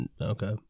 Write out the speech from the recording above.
Okay